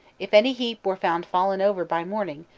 if any heap were found fallen over by morning,